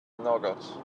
nougat